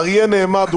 האריה נעמד,